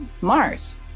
Mars